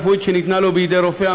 שניתנה לו בידי רופא,